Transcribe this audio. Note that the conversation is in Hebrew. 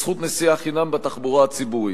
פרסומי הממשלה וזכות נסיעה חינם בתחבורה הציבורית.